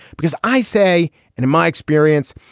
because i say in my experience,